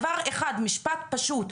דבר אחד, משפט פשוט,